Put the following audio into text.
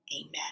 amen